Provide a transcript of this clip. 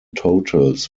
totals